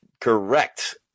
Correct